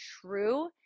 true